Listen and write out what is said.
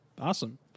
Awesome